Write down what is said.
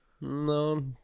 no